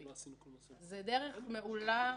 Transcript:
זו דרך מעולה